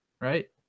right